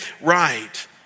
right